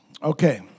Okay